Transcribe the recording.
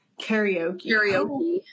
karaoke